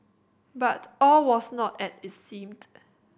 but all was not as it seemed